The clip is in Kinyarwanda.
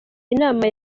inama